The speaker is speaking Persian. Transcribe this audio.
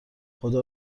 خدا